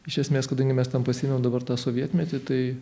iš esmės kadangi mes tam pasiėmėm dabar tą sovietmetį tai